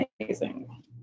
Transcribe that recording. amazing